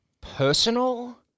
personal